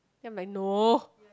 then I'm like no